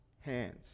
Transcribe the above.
hands